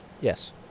Yes